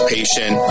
Patient